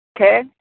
Okay